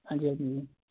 ਹਾਂਜੀ ਹਾਂਜੀ